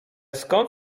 skąd